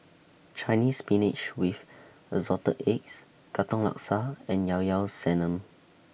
Chinese Spinach with Assorted Eggs Katong Laksa and Llao Llao Sanum